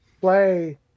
play